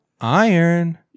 iron